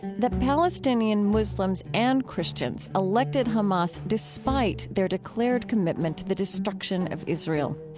that palestinian muslims and christians elected hamas despite their declared commitment to the destruction of israel.